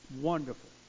wonderful